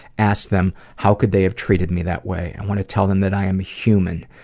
ask them how could they have treated me that way. i want to tell them that i am human,